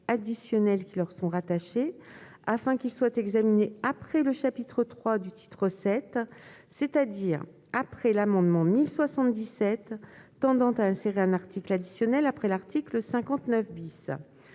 qui leur sont rattachés, afin qu'il soit examiné après le chapitre III du titre VII, soit après l'amendement n° 1077 tendant à insérer un article additionnel après l'article 59